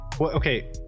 Okay